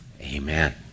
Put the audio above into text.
Amen